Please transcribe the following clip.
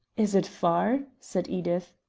is it far? said edith.